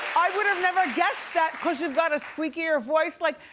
i would have never guessed that cause you got a squeakier voice like,